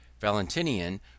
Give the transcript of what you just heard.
Valentinian